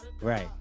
Right